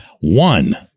One